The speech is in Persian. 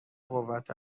قوت